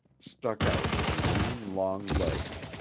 stuck out his lean, long legs,